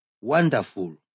Wonderful